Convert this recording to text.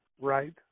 Right